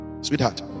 Sweetheart